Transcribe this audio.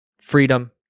freedom